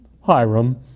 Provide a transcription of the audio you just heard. Hiram